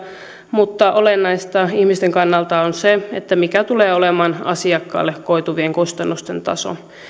mutta olennaista ihmisten kannalta on se mikä tulee olemaan asiakkaalle koituvien kustannusten taso